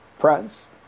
friends